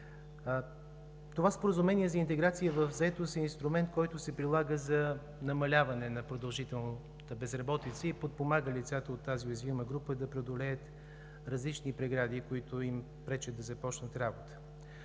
Това Споразумение за интеграция в заетост е инструмент, който се прилага за намаляване на продължителната безработица и подпомага лицата от тази уязвима група да преодолеят различни прегради, които им пречат да започнат работа.